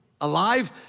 alive